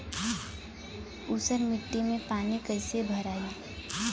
ऊसर मिट्टी में पानी कईसे भराई?